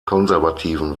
konservativen